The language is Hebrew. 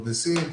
פרדסים,